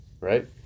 Right